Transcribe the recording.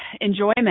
enjoyment